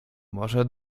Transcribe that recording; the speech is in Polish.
może